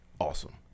awesome